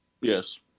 Yes